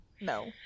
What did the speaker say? No